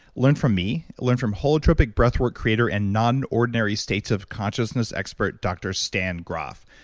learn from me. learn from holotropic breathwork creator and non-ordinary states of consciousness expert dr. stan grof.